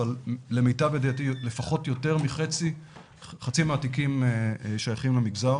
אבל למיטב ידיעתי לפחות יותר מחצי התיקים שייכים למגזר